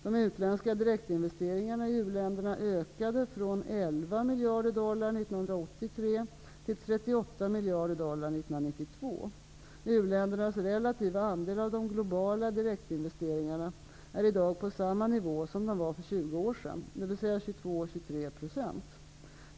De utländska direktinvesteringarna i u-länderna ökade från 11 miljarder dollar 1983 till 38 miljarder dollar 1992. U-ländernas relativa andel av de globala direktinvesteringarna är i dag på samma nivå som den var för 20 år sedan, dvs. 22--23 %.